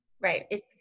Right